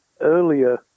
earlier